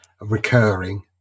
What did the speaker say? recurring